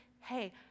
hey